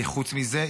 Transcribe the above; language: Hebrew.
חוץ מזה,